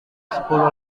sepuluh